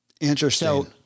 Interesting